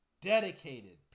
dedicated